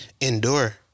endure